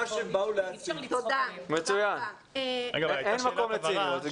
אין מקום לציניות.